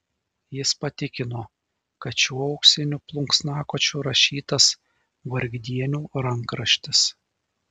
jis patikino kad šiuo auksiniu plunksnakočiu rašytas vargdienių rankraštis